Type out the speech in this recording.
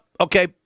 okay